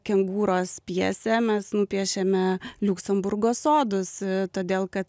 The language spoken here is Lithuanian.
kengūros pjesę mes nupiešėme liuksemburgo sodus todėl kad